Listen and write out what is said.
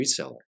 reseller